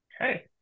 Okay